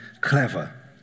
clever